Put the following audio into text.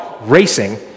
racing